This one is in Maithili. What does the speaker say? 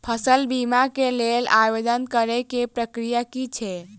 फसल बीमा केँ लेल आवेदन करै केँ प्रक्रिया की छै?